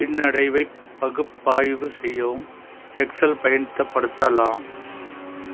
பின்னடைவைப் பகுப்பாய்வு செய்யவும் எக்ஸல் பயன்த்தபடுத்தலாம்